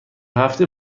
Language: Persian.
هفته